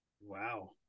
Wow